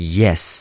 yes